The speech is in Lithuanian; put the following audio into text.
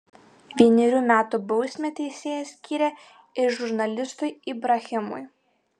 vienerių metų bausmę teisėjas skyrė ir žurnalistui ibrahimui